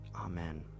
Amen